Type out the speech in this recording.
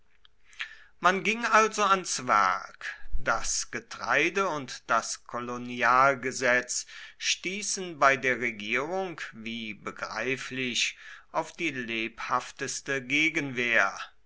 man ging also ans werk das getreide und das kolonialgesetz stießen bei der regierung wie begreiflich auf die lebhafteste gegenwehr